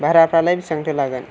भाराफ्रालाय बेसेबांथो लागोन